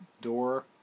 door